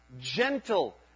gentle